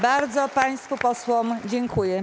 Bardzo państwu posłom dziękuję.